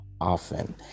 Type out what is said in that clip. often